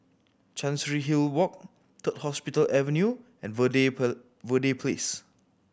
Chancery Hill Walk Third Hospital Avenue and Verde Verde Place